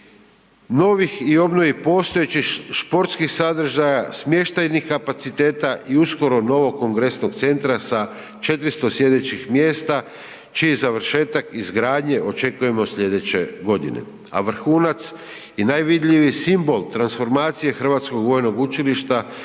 novih i obnovi postojećih športskih sadržaja, smještajnih kapaciteta i uskoro, novog kongresnog centra sa 400 sjedećih mjesta čiji završetak izgradnje očekujemo sljedeće godine, a vrhunac i najvidljiviji simbol transformacije Hrvatskog vojnog učilišta